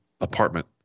apartment